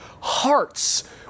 hearts